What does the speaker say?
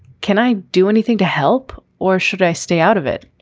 can i do anything to help or should i stay out of it?